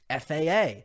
FAA